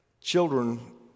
children